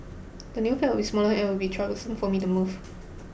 the new flat will be smaller and it will be troublesome for me to move